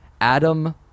adam